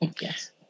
Yes